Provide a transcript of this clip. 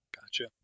Gotcha